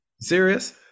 Serious